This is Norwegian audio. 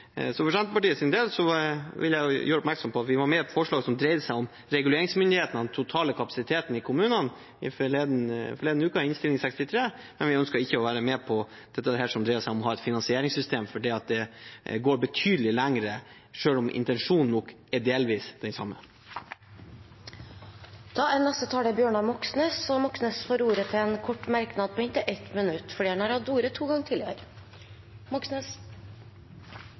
vil jeg gjøre oppmerksom på at vi var med på forslaget som dreide seg om reguleringsmyndighet knyttet til den totale kapasiteten i kommunene, forleden uke i Innst. 63 S for 2020–2021, men vi ønsker ikke å være med på dette som dreier seg om å ha et finansieringssystem, for det går betydelig lenger, selv om intensjonen nok er delvis den samme. Representanten Bjørnar Moxnes har hatt ordet to ganger tidligere og får ordet til en kort merknad, begrenset til 1 minutt. Høyre synes det er fælt med ordet